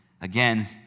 again